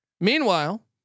Meanwhile